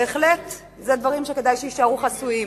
בהחלט, אלה דברים שכדאי שיישארו חסויים.